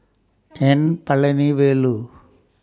N Palanivelu